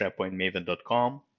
SharePointMaven.com